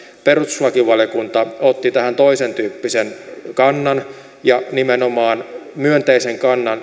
perustuslakivaliokunta otti tähän toisentyyppisen ja nimenomaan myönteisen kannan